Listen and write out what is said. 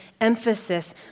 emphasis